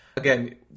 Again